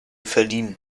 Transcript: verliehen